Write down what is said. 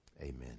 Amen